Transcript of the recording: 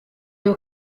iyo